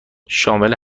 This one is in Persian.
شامل